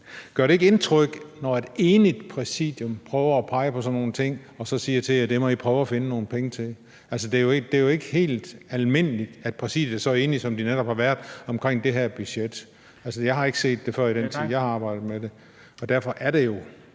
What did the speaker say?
Gør det ikke indtryk, når et enigt præsidium prøver at pege på sådan nogle ting og siger til jer: Det må I prøve at finde nogle penge til? Det er jo ikke helt almindeligt, at præsidiet er så enig, som det netop har været omkring det her budget. Jeg har ikke set det før i den tid, jeg har arbejdet med det. Det er jo